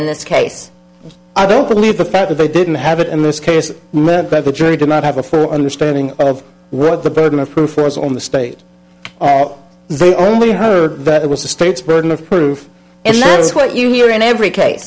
in this case i don't believe the fact that they didn't have it in this case by the jury did not have a full understanding of what the burden of proof was on the state the only heard that it was the state's burden of proof and that's what you hear in every case